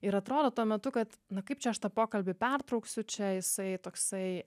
ir atrodo tuo metu kad na kaip čia aš tą pokalbį pertrauksiu čia jisai toksai